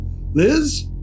Liz